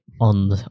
on